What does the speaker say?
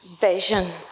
vision